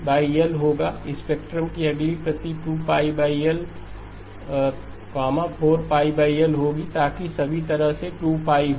यह π L होगा spectrum की अगली प्रति 2π L 4 π L होगी ताकि सभी तरह से 2 π हो